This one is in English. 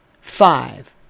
Five